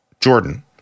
Jordan